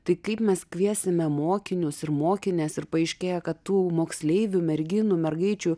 tai kaip mes kviesime mokinius ir mokines ir paaiškėja kad tų moksleivių merginų mergaičių